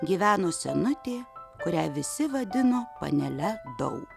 gyveno senutė kurią visi vadino panele dau